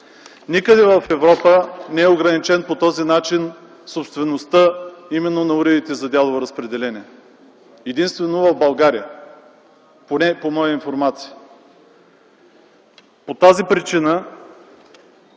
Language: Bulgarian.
Никъде в Европа не е ограничена по този начин собствеността на уредите за дялово разпределение, единствено в България, поне по моя информация. По тази причина